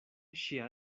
ŝia